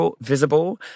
visible